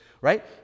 right